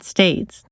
States